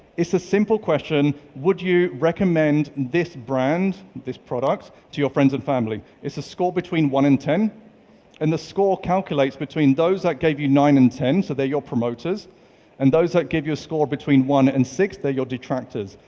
it's a simple question. would you recommend this brand, this product to your friends and family? it's a score between one and ten and the score calculates between those that gave you nine and ten, so they're your promoters and those that give you a score between one and six, they're your detractors.